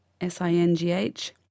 S-I-N-G-H